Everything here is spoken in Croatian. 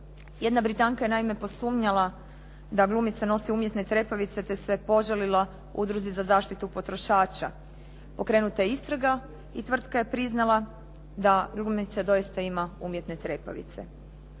Jedna Britanka je naime posumnjala da glumica nosi umjetne trepavice, te se požalila Udruzi za zaštitu potrošača. Pokrenuta je istraga i tvrtka je priznala da glumica doista ima umjetne trepavice.